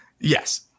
yes